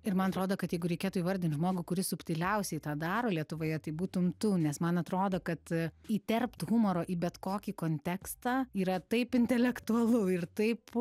ir man atrodo kad jeigu reikėtų įvardint žmogų kuris subtiliausiai tą daro lietuvoje tai būtum tu nes man atrodo kad įterpt humoro į bet kokį kontekstą yra taip intelektualu ir taip